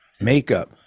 Makeup